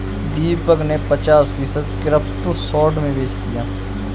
दीपक ने पचास फीसद क्रिप्टो शॉर्ट में बेच दिया